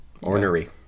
Ornery